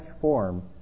form